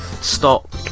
stop